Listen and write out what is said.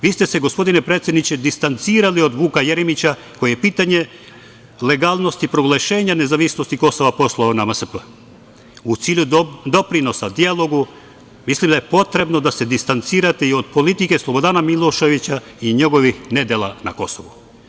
Vi ste se gospodine predsedniče distancirali od Vuka Jeremića koji je pitanje legalnosti proglašenja nezavisnosti Kosova poslao na MSP, u cilju doprinosa dijalogu, mislim da je potrebno da se distancirate i od politike Slobodana Miloševića i njegovih nedela na Kosovu.